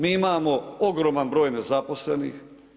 Mi imamo ogroman broj nezaposlenih.